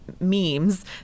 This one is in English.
memes